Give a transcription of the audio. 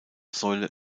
säule